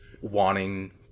wanting